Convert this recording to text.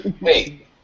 Wait